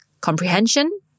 comprehension